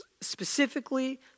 specifically